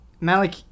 Malik